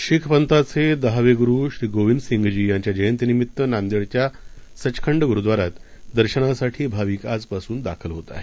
शिख पंथाचे दहावे गुरू श्री गोविंदसिंघजी यांच्या जयंतीनिमित्त नांदेड च्या सचखंड गुरूव्दारात दर्शनासाठी भाविक आजपासून दाखल होत आहेत